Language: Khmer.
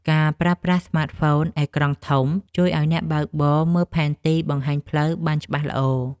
ការប្រើប្រាស់ស្មាតហ្វូនអេក្រង់ធំ ជួយឱ្យអ្នកបើកបរមើលផែនទីបង្ហាញផ្លូវបានច្បាស់ល្អ។